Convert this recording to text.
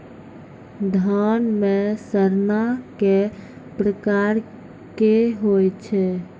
धान म सड़ना कै प्रकार के होय छै?